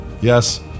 Yes